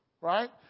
Right